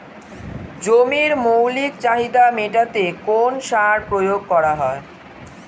জমির মৌলিক চাহিদা মেটাতে কোন সার প্রয়োগ করা হয়?